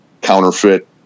counterfeit